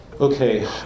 Okay